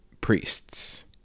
priests